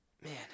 Man